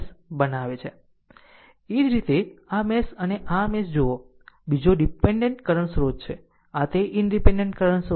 એ જ રીતે આ મેશ અને આ મેશ જોવો બીજો ડીપેન્ડેન્ટ કરંટ સ્રોત છે આ તે ઇનડીપેનડેન્ટ કરંટ સ્રોત છે